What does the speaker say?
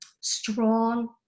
strong